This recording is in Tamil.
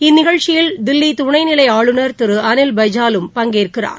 இந்நிகழ்ச்சியில் தில்லிதுணைநிலைஆளுநர் திருஅனில் பைஜாலும் பங்கேற்கிறார்